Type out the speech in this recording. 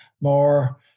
more